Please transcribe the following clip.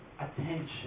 attention